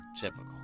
typical